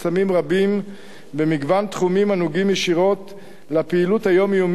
רבים במגוון תחומים הנוגעים ישירות לפעילות היומיומית,